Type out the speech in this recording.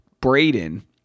Braden